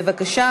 בבקשה,